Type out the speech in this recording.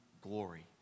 glory